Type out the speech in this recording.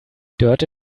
dörte